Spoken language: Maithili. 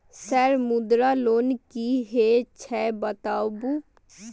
सर मुद्रा लोन की हे छे बताबू?